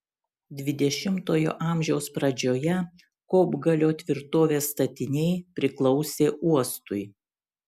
dvidešimtojo amžiaus pradžioje kopgalio tvirtovės statiniai priklausė uostui